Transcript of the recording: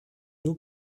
nur